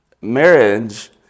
marriage